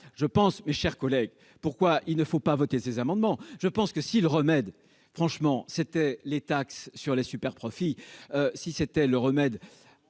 je pense, mes chers collègues, pourquoi il ne faut pas voter ces amendements, je pense que si le remède, franchement, c'était les taxe sur les superprofits si c'était le remède